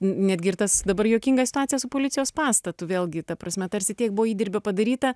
net gi ir tas dabar juokinga situacija su policijos pastatu vėlgi ta prasme tarsi tiek buvo įdirbio padaryta